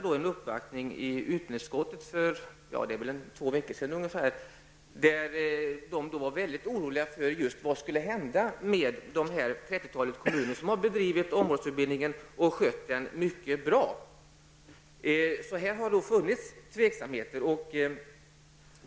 För ungefär två veckor sedan uppvaktades utbildningsutskottet av en delegation som var mycket orolig över vad som skall hända med det 30 tal kommuner som har bedrivit omvårdsutbildning och skött den mycket bra. Det har här funnits tveksamheter.